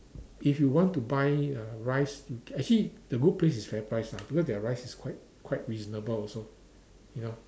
if you want to buy uh rice actually the good place is FairPrice lah because their rice is quite quite reasonable also you know